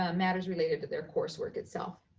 ah matters related to their coursework itself.